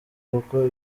kuko